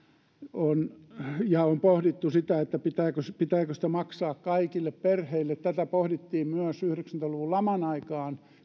ja on pohdittu sitä pitääkö sitä pitääkö sitä maksaa kaikille perheille tätä pohdittiin myös yhdeksänkymmentä luvun laman aikaan